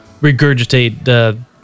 regurgitate